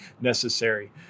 necessary